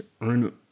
earn